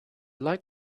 like